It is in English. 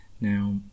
Now